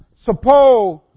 Suppose